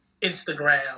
Instagram